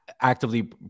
actively